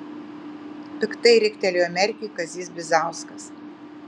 piktai riktelėjo merkiui kazys bizauskas